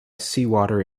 seawater